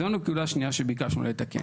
זו נקודה שנייה שביקשנו לתקן.